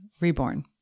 reborn